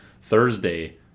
Thursday